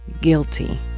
guilty